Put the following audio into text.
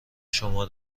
شما